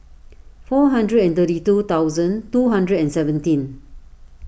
four hundred and thirty two thousand two hundred and seventeen